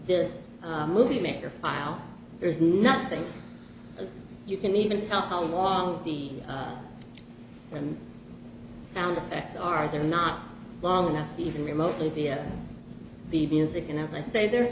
this moviemaker file there's nothing you can even tell how long the sound effects are there not long enough to even remotely via the music and as i say the